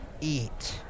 Eat